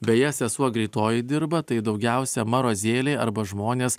beje sesuo greitojoj dirba tai daugiausia marozėliai arba žmonės